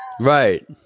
Right